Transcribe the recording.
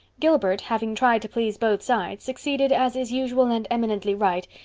gilbert, having tried to please both sides, succeeded, as is usual and eminently right,